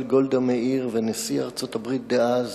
גולדה מאיר ונשיא ארצות-הברית דאז